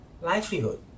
livelihood